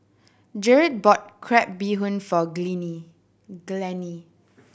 Jered bought crab bee hoon for Glennie